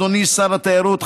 אדוני שר התיירות,